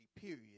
period